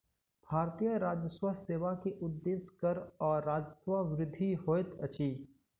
भारतीय राजस्व सेवा के उदेश्य कर आ राजस्वक वृद्धि होइत अछि